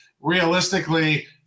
realistically